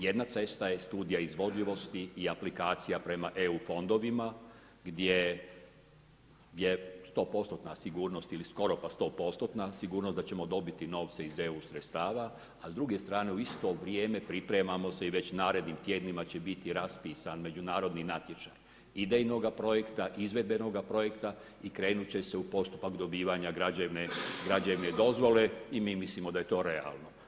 Jedna cesta je studija izvodljivosti i aplikacija prema EU fondovima, gdje je 100% sigurnost ili skoro pa 100% sigurnost da ćemo dobiti novce iz EU sredstava, a s druge strane u isto vrijeme pripremamo se i već narednim tjednima će biti raspisan međunarodni natječaj idejnoga projekta, izvedbenoga projekta i krenut će se u postupak dobivanja građevne dozvole i mi mislimo da je to realno.